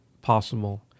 possible